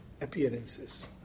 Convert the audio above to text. appearances